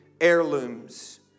Heirlooms